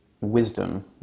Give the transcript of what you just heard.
wisdom